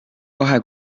kahe